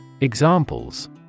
Examples